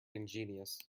ingenious